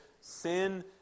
sin